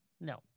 No